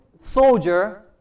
soldier